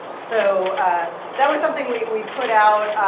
so that was something we put out.